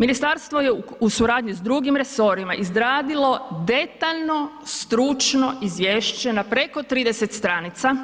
Ministarstvo je u suradnji sa drugim resorima izradilo detaljno, stručno izvješće na preko 30 stranica